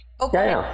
Okay